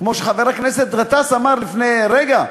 כמו שחבר הכנסת גטאס אמר לפני רגע,